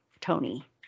Tony